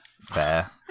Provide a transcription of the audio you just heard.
Fair